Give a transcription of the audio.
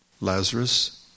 Lazarus